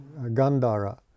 Gandhara